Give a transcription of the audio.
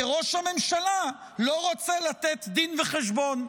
כי ראש הממשלה לא רוצה לתת דין וחשבון.